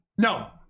No